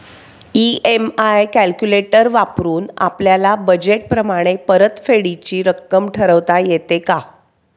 EMI calculator वापरून आपापल्या budget प्रमाणे परतफेडीची रक्कम ठरवता येते का?